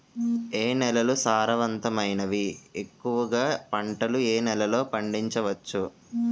ఏ నేలలు సారవంతమైనవి? ఎక్కువ గా పంటలను ఏ నేలల్లో పండించ వచ్చు?